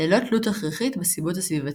ללא-תלות הכרחית בנסיבות הסביבתיות.